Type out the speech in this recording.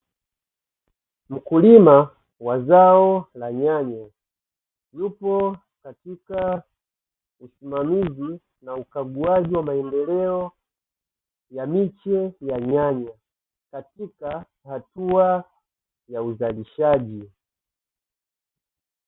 Mkulima wa zao la nyanya yupo katika ukaguzi na usimamiaji wa maendeleo ya miche ya nyanya, ikiwa hatua ya uzalishaji.